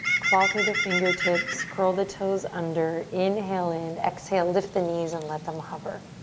claw through the fingertips, curl the toes under, inhale in. exhale, lift the knees and let them hover.